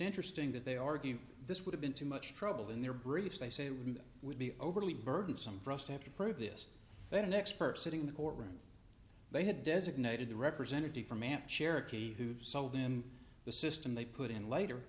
interesting that they argue this would have been too much trouble in their briefs they say we would be overly burdensome for us to have to prove this but an expert sitting in the courtroom they had designated the representative for man cherokee who sold in the system they put in later